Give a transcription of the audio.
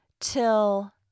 till